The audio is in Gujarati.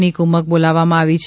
ની કુમક બોલાવવામાં આવી છે